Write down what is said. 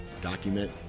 document